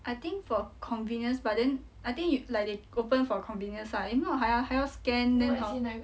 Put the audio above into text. I think for convenience but then I think you like they open for convenience lah if not ha 还要 scan then hor